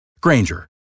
Granger